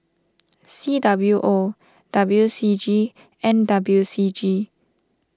C W O W C G and W C G